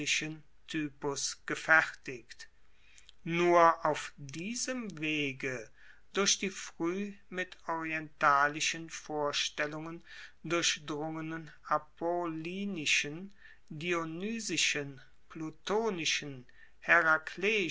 gefertigt nur auf diesem wege durch die frueh mit orientalischen vorstellungen durchdrungenen apollinischen dionysischen plutonischen